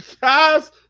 guys